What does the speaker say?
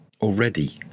already